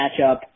matchup